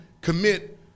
commit